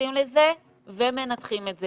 מתייחסים לזה ומנתחים את זה.